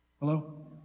Hello